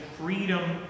freedom